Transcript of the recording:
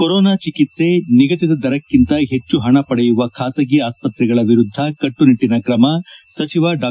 corona ಚಿಕಿತ್ತೆ ನಿಗದಿತ ದರಕ್ಕಿಂತ ಹೆಚ್ಚು ಪಣ ಪಡೆಯುವ ಖಾಸಗಿ ಆಸ್ತ್ರೆಗಳ ವಿರುದ್ಧ ಕಟ್ಟುನಿಟ್ಟಿನ ಕ್ರಮ ಸಚಿವ ಡಾ